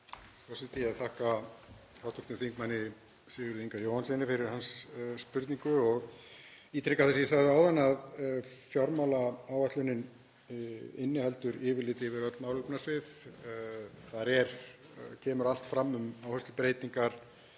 Forseti. Ég þakka hv. þm. Sigurði Inga Jóhannssyni fyrir hans spurningu og ítreka það sem ég sagði áðan að fjármálaáætlunin inniheldur yfirlit yfir öll málefnasvið. Þar kemur allt fram um áherslubreytingar